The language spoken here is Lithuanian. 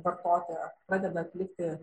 vartoti pradeda atlikti